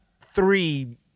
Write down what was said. three